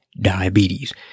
diabetes